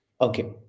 okay